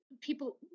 people